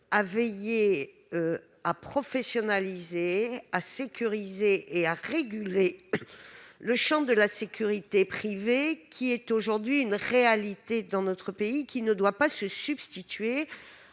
veillé à professionnaliser, à sécuriser et à réguler le champ de la sécurité privée, qui est aujourd'hui une réalité dans notre pays. Encore une